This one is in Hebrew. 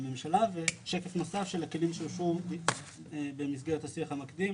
בממשלה ושקף נוסף של הכלים שאושרו במסגרת השיח המקדים